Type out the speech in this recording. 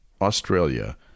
Australia